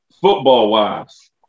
football-wise